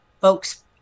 folks